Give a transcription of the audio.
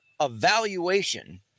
evaluation –